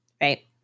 right